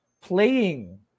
playing